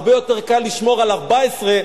הרבה יותר קל לשמור על 14,